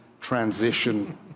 transition